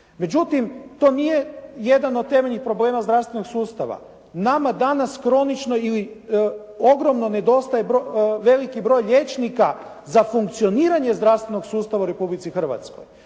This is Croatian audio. Međutim to nije jedan od temeljnih problema zdravstvenog sustava. Nama danas kronično ili ogromno nedostaje veliki broj liječnika za funkcioniranje zdravstvenog sustava u Republici Hrvatskoj.